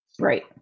Right